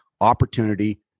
opportunity